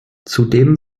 zudem